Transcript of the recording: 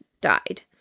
died